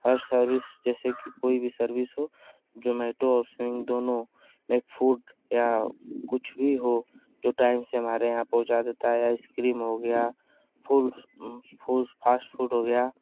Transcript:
हर service जैसे कि कोई भी सर्विस हो जोमेटो और स्विंग दोनों में फूड या कुछ भी हो जो टाइम से हमारे यहाँ पहुँचा देता है आइसक्रीम हो गया फू फू फास्ट फूड हो गया